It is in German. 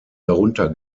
darunter